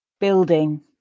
building